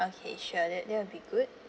okay sure that that will be good